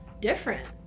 different